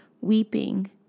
weeping